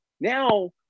Now